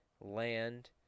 land